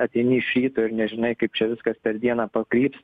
ateini iš ryto ir nežinai kaip čia viskas per dieną pakryps